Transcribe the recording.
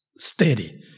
Steady